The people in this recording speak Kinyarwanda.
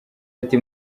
ati